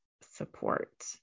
support